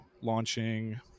launching